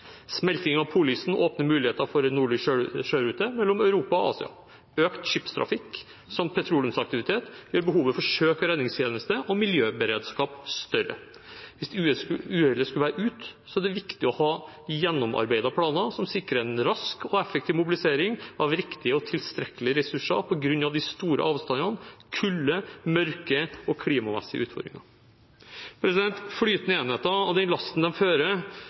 Smelting av polisen åpner muligheten for en nordlig sjørute mellom Europa og Asia. Økt skipstrafikk samt petroleumsaktivitet gjør behovet for søk- og redningstjeneste og miljøberedskap større. Hvis uhellet skulle være ute, er det viktig å ha gjennomarbeidete planer som sikrer en rask og effektiv mobilisering av riktige og tilstrekkelige ressurser, på grunn av de store avstandene, kulde, mørke og klimamessige utfordringer. Flytende enheter og den lasten de fører